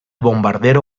bombardero